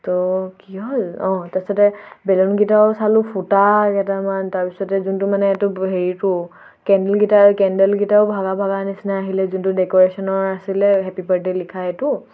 তো কি হ'ল অঁ তাৰছতে বেলুনকেইটাও চালোঁ ফুটা কেইটামান তাৰপিছতে যোনটো মানে এইটো হেৰিটো কেণ্ডেলকেইটা কেণ্ডেলকেইটাও ভগা ভগা নিচিনা আহিলে যোনটো ডেক'ৰেশ্যনৰ আছিলে হেপী বাৰ্থডে' লিখা এইটো